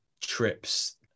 trips